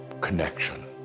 connection